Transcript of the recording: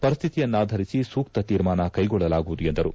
ಪರಿಸ್ತಿತಿಯನ್ನಾಧರಿಸಿ ಸೂಕ್ತ ತೀರ್ಮಾನ ಕೈಗೊಳ್ಳಲಾಗುವುದು ಎಂದರು